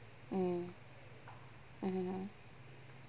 mm hmm mm mm